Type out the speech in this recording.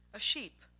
a sheep,